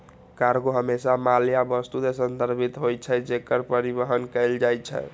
cargo हमेशा माल या वस्तु सं संदर्भित होइ छै, जेकर परिवहन कैल जाइ छै